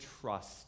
trust